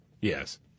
Yes